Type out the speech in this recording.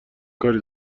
کاری